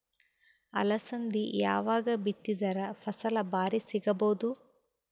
ಅಲಸಂದಿ ಯಾವಾಗ ಬಿತ್ತಿದರ ಫಸಲ ಭಾರಿ ಸಿಗಭೂದು?